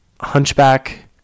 hunchback